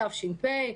בתש"ף,